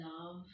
Love